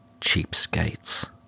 cheapskates